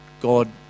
God